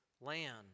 land